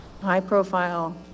high-profile